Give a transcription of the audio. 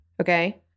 Okay